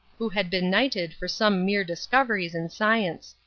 who had been knighted for some mere discoveries in science.